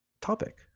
topic